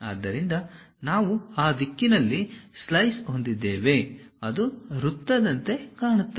ಆದ್ದರಿಂದ ನಾವು ಆ ದಿಕ್ಕಿನಲ್ಲಿ ಸ್ಲೈಸ್ ಹೊಂದಿದ್ದೇವೆ ಅದು ವೃತ್ತದಂತೆ ಕಾಣುತ್ತದೆ